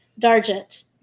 Dargent